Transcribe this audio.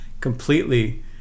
completely